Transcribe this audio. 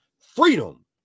freedom